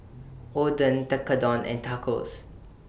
Oden Tekkadon and Tacos